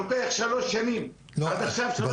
לוקח שלוש שנים --- מי המתכנן?